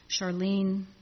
Charlene